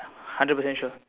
hundred percent sure